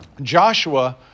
Joshua